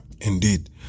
Indeed